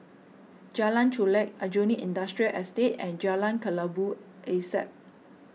Jalan Chulek Aljunied Industrial Estate and Jalan Kelabu Asap